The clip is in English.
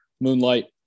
moonlight